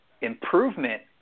improvement